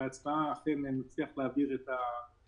בעניין הזה אני עובד באופן מקצועי,